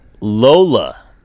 Lola